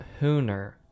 hooner